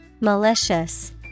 Malicious